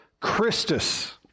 Christus